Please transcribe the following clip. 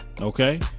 Okay